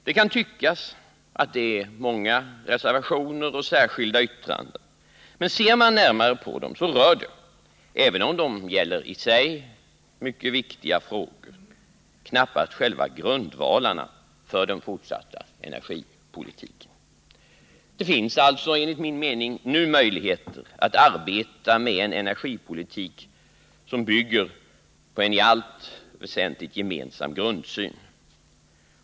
Det kan tyckas att det är många reservationer och särskilda yttranden, men ser man närmare på dem rör de — även om det gäller i sig mycket viktiga frågor — knappast själva grundvalarna för den fortsatta energipolitiken. Det finns alltså, enligt min mening, nu möjligheter att arbeta med en energipolitik som bygger på en gemensam grundsyn.